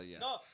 no